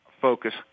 focus